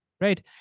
right